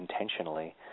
intentionally